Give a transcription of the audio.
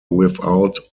without